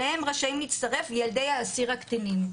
עליהם רשאים להצטרך ילדי האסיר הקטינים.